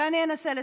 אנסה לסכם.